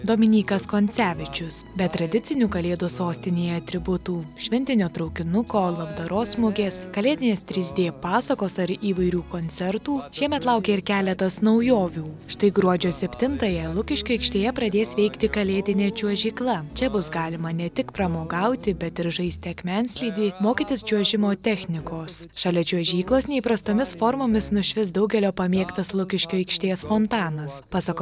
dominykas koncevičius be tradicinių kalėdų sostinėje atributų šventinio traukinuko labdaros mugės kalėdinės trys dė pasakos ar įvairių koncertų šiemet laukia ir keletas naujovių štai gruodžio septintąją lukiškių aikštėje pradės veikti kalėdinė čiuožykla čia bus galima ne tik pramogauti bet ir žaisti akmenslydį mokytis čiuožimo technikos šalia čiuožyklos neįprastomis formomis nušvis daugelio pamėgtas lukiškių aikštės fontanas pasak